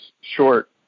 short